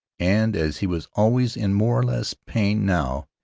and as he was always in more or less pain now,